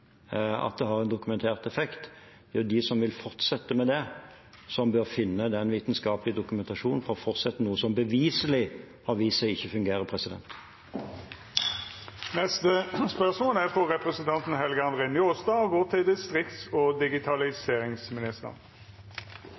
at det har en dokumentert effekt: Det er de som vil fortsette med det, som bør finne den vitenskapelige dokumentasjonen for å fortsette med noe som beviselig har vist seg ikke å fungere. «Eg viser til svaret på